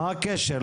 מה הקשר?